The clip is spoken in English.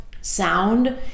sound